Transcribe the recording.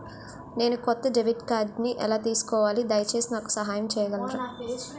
నేను కొత్త డెబిట్ కార్డ్ని ఎలా తీసుకోవాలి, దయచేసి నాకు సహాయం చేయగలరా?